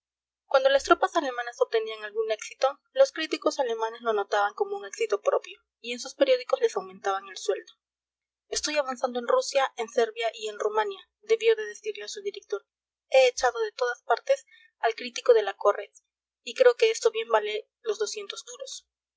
cuando las tropas alemanas obtenían algún éxito los críticos alemanes lo anotaban como un éxito propio y en sus periódicos les aumentaban el sueldo estoy avanzando en rusia en servia y en rumania debió de decirle a su director he echado de todas partes al crítico de la corres y creo que esto bien vale los doscientos duros